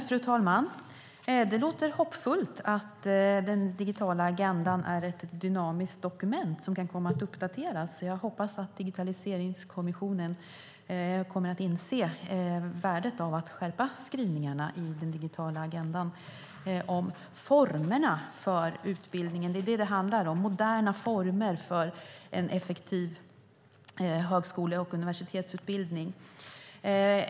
Fru talman! Det låter hoppfullt att den digitala agendan är ett dynamiskt dokument som kan komma att uppdateras. Jag hoppas att Digitaliseringskommissionen kommer att inse värdet av att skärpa skrivningarna i den digitala agendan om formerna för utbildningen. Det är vad det handlar om: moderna former för en effektiv högskole och universitetsutbildning.